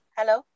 Hello